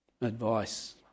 advice